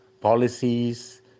policies